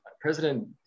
President